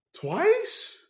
Twice